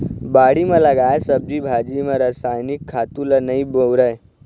बाड़ी म लगाए सब्जी भाजी म रसायनिक खातू ल नइ बउरय